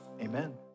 Amen